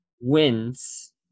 wins